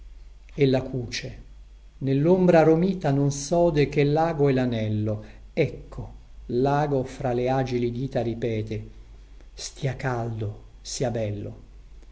perdona ella cuce nellombra romita non sode che lago e lanello ecco lago fra le agili dita ripete stia caldo sia bello